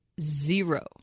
zero